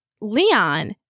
Leon